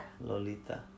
Lolita